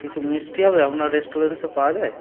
কিছু মিষ্টি হবে আপনার রেস্টুরেন্টে পাওয়া যায়